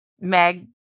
Meg